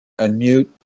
unmute